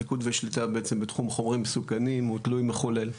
פיקוד ושליטה בעצם בתחום חומרים מסוכנים הוא תלוי מחולל.